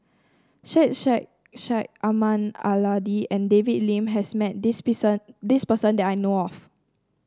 Syed Sheikh Syed Ahmad Al Hadi and David Lim has met this this person that I know of